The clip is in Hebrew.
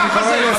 ככה זה.